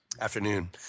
afternoon